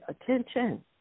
attention